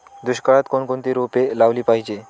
दुष्काळात कोणकोणती रोपे लावली पाहिजे?